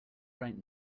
right